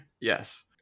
Yes